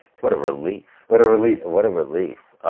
what a relief. what a relief. what a relief.